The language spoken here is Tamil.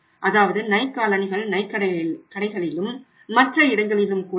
அதாவது நைக் காலணிகள் நைக் கடைகளிலும் மற்ற இடங்களிலும் கூட இருக்கும்